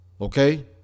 okay